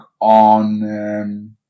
on